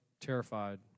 terrified